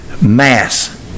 Mass